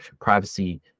privacy